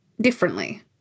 differently